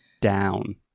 Down